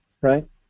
right